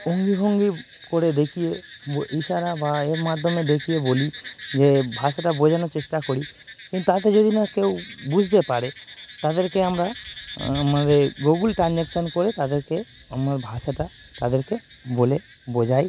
অঙ্গি ভঙ্গি করে দেখিয়ে ইশারা বা এর মাধ্যমে দেখিয়ে বলি যে ভাষাটা বোঝানোর চেষ্টা করি কিন্তু তাতে যদি না কেউ বুঝতে পারে তাদেরকে আমরা আমাদের গুগল ট্রানজ্যাক্সান করে তাদেরকে আমার ভাষাটা তাদেরকে বলে বোঝাই